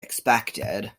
expected